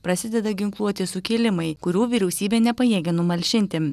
prasideda ginkluoti sukilimai kurių vyriausybė nepajėgia numalšinti